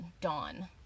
dawn